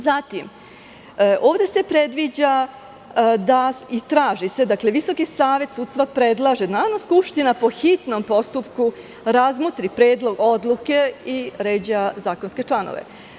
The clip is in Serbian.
Zatim, ovde se predviđa i traži se da Visoki savet sudstva predlaže, Narodna skupština po hitnom postupku razmotri predlog odluke i ređa zakonske članove.